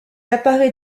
apparaît